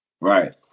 Right